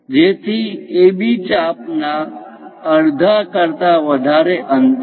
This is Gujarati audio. જેથી AB ચાપ ના અડધા કરતા વધારે અંતર